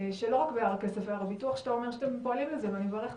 שלא בהר הכסף והר הביטוח שאתה אומר שאתם פועלים לזה ואני מברכת